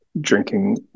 drinking